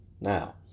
Now